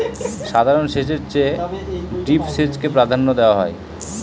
সাধারণ সেচের চেয়ে ড্রিপ সেচকে প্রাধান্য দেওয়া হয়